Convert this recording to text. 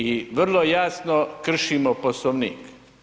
I vrlo jasno kršimo Poslovnik.